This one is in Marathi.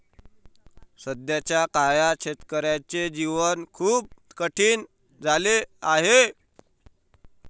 सध्याच्या काळात शेतकऱ्याचे जीवन खूप कठीण झाले आहे